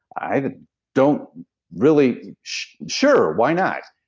i don't really. sure, why not?